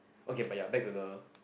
okay but you're back to the